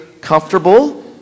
comfortable